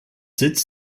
sitz